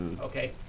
Okay